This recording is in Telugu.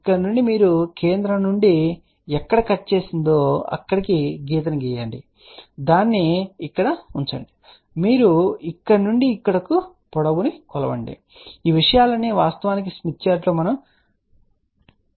ఇక్కడ నుండి మీరు కేంద్రం నుండి ఎక్కడ కట్ చేసిందో అక్కడకు గీతను గీయండి మీరు దానిని ఇక్కడ ఉంచండి మరియు మీరు ఇక్కడ నుండి ఇక్కడకు పొడవును కొలవండి ఈ విషయాలన్నీ వాస్తవానికి స్మిత్ చార్టులో ప్రస్తావించబడ్డాయి